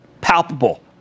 palpable